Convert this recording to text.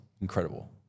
incredible